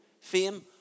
fame